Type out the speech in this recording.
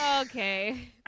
okay